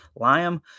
Liam